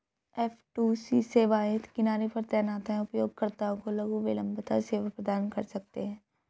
F two C सेवाएं किनारे पर तैनात हैं, उपयोगकर्ताओं को लघु विलंबता सेवा प्रदान कर सकते हैं